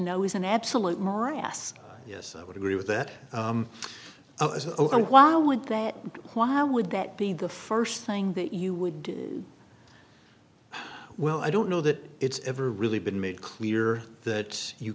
know is an absolute morass yes i would agree with that why would that why would that be the first thing that you would do well i don't know that it's ever really been made clear that you